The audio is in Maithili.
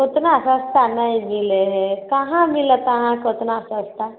ओतना सस्ता नहि मिलै हय कहाँ मिलत अहाँकऽ ओतना सस्ता